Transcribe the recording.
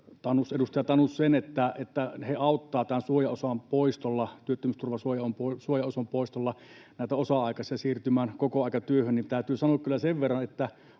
edustaja Tanus aiemmin totesi, että he auttavat tämän työttömyysturvan suojaosan poistolla näitä osa-aikaisia siirtymään kokoaikatyöhön. Täytyy sanoa kyllä sen verran,